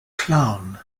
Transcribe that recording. clown